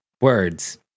words